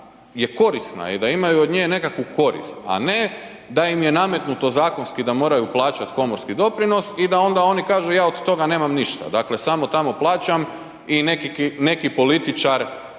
je korisna i da imaju od nje nekakvu korist a ne da im je nametnuto zakonski da moraju plaćati komorski doprinos i da onda oni kažu ja od toga nemam ništa, dakle samo tamo plaćam i neki političar